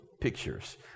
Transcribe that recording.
pictures